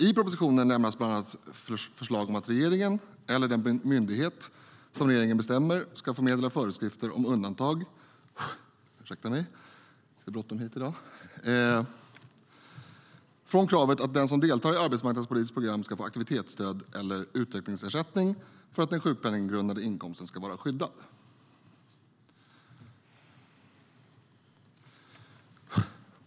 I propositionen lämnas bland annat förslag om att regeringen eller den myndighet som regeringen bestämmer ska förmedla föreskrifter om undantag från kravet att den som deltar i arbetsmarknadspolitiskt program ska få aktivitetsstöd eller utvecklingsersättning för att den sjukpenninggrundande inkomsten ska vara skyddad.